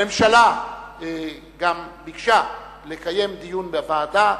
הממשלה גם ביקשה לקיים דיון בוועדה.